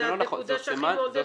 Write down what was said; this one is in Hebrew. זו הנקודה שהכי מעודדת.